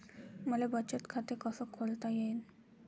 मले बचत खाते कसं खोलता येईन?